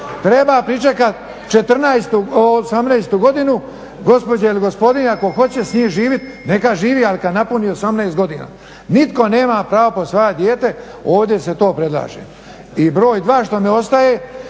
treba pričekati 18. godinu gospođe ili gospodina tko hoće s njime živjeti neka živi ali kada napuni 18. godina. Nitko nema pravo posvajati dijete ovdje se to predlaže. I broj 2. što mi ostaje,